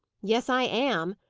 yes, i am,